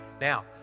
Now